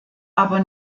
aber